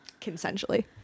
consensually